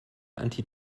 anti